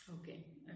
Okay